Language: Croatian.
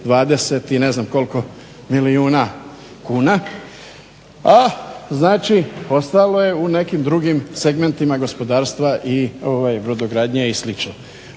720 i ne zna koliko milijuna kuna, a ostalo je u nekim drugim segmentima gospodarstva i brodogradnje i sl.